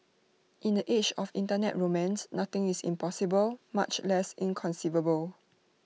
in the age of Internet romance nothing is impossible much less inconceivable